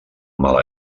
mala